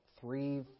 three